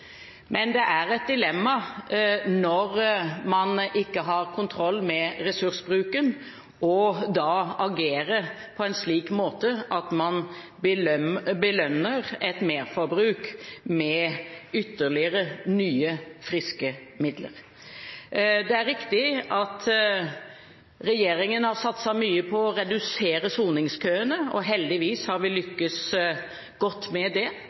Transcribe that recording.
Men det er et dilemma når man ikke har kontroll med ressursbruken, å agere på en slik måte at man belønner et merforbruk med ytterligere nye, friske midler. Det er riktig at regjeringen har satset mye på å redusere soningskøene, og heldigvis har vi lyktes godt med det.